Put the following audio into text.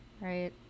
right